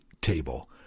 Table